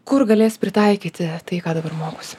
kur galės pritaikyti tai ką dabar mokosi